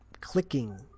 clicking